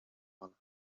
one